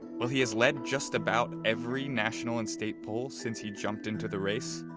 while he has led just about every national and state polls since he jumped into the race,